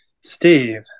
Steve